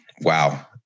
Wow